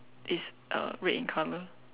it's uh red in colour